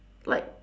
like